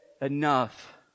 enough